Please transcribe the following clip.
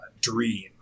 Dream